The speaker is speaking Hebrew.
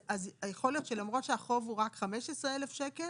אז יכול להיות שלמרות שהחוב הוא רק 15,000 שקל,